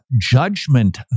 judgment